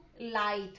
light